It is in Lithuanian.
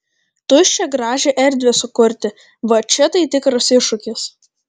tuščią gražią erdvę sukurti va čia tai tikras iššūkis